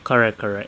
correct correct